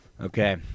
Okay